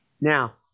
Now